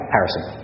Harrison